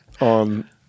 on